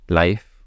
life